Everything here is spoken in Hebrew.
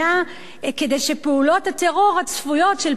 "כדי שפעולות הטרור הצפויות של פעילי ימין